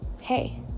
hey